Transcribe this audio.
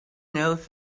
knows